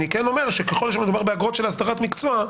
ככל שמדובר באגרות של הסדרת מקצוע,